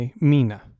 Mina